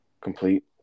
complete